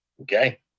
Okay